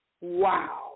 wow